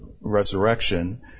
resurrection